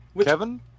Kevin